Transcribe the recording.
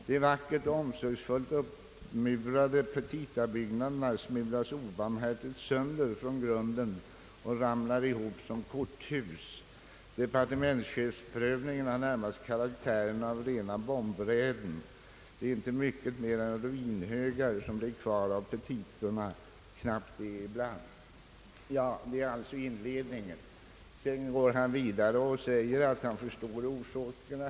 De vackert och omsorgsfullt uppmurade petitabyggnaderna smulas obarmhärtigt sönder från grunden och ramlar ihop som korthus. Departementsprövningen har närmast karaktären av rena bombräden. Det är inte mycket mer än ruinhögar som blir kvar av petitorna — knappt det ibland.» Det är alltså inledningen. Sedan går författaren vidare och säger att han förstår orsaken.